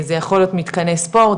זה יכול להיות מתקני ספורט,